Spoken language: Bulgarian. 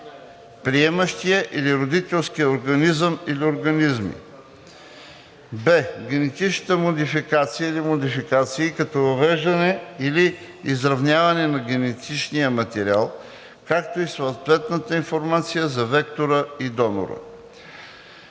приемащия или родителския организъм/организми; б) генетичната модификация/модификации, като въвеждане или изрязване на генетичен материал, както и съответната информация за вектора и донора;